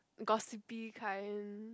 gossipy kind